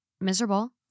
miserable